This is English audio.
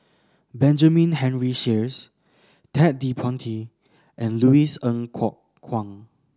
Benjamin Henry Sheares Ted De Ponti and Louis Ng Kok Kwang